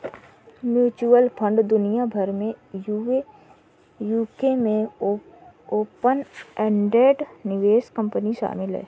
mutual fund दुनिया भर में यूके में ओपन एंडेड निवेश कंपनी शामिल हैं